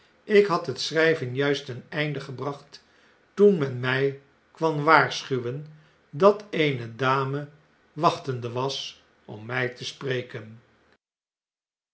ik had het schrjjven juist ten einde gebracht toen men mij kwam waarschuwen dat eene dame wachtende was om my te spreken